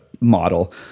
model